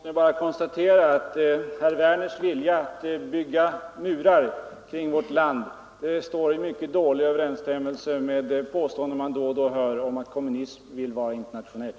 Herr talman! Låt mig bara konstatera att herr Werners i Tyresö vilja att bygga murar kring vårt land står i mycket dålig överensstämmelse med det påstående man då och då hör att kommunismen vill vara internationell.